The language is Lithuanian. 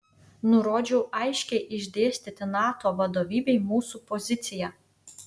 nurodžiau aiškiai išdėstyti nato vadovybei mūsų poziciją